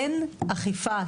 אין אכיפה.